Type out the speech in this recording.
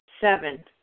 Seven